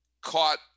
caught